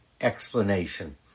explanation